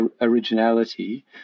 originality